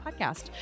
podcast